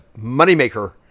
moneymaker